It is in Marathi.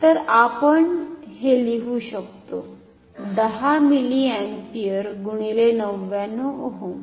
तर आपण हे लिहू शकतो 10 मिलीआम्पीयर गुणिले 99 ओहम